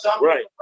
Right